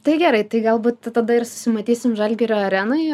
tai gerai tai galbūt tada ir susimatysim žalgirio arenoj